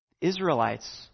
Israelites